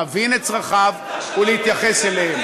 להבין את צרכיו ולהתייחס אליהם.